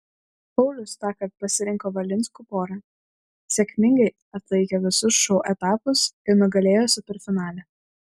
paulius tąkart pasirinko valinskų porą sėkmingai atlaikė visus šou etapus ir nugalėjo superfinale